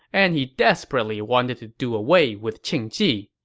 and he desperately wanted to do away with qing ji.